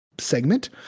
segment